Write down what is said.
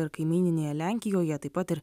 ir kaimyninėje lenkijoje taip pat ir